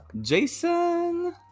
Jason